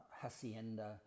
hacienda